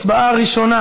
הצבעה ראשונה